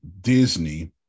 Disney